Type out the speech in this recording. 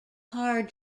hard